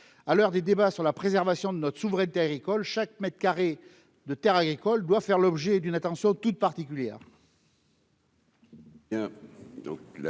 à l'heure des débats sur la préservation de notre souveraineté agricole chaque mètre carré de terre agricole doit faire l'objet d'une attention toute particulière.